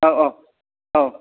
औ औ औ